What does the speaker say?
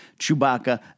Chewbacca